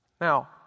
Now